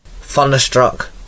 Thunderstruck